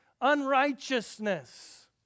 unrighteousness